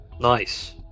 Nice